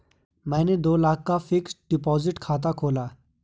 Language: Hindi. मैंने दो लाख का फ़िक्स्ड डिपॉज़िट खाता खोला